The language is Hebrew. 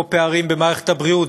כמו פערים במערכת הבריאות,